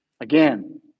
Again